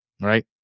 Right